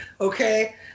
okay